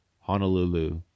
Honolulu